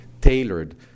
tailored